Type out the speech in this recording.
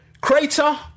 Crater